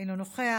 אינו נוכח,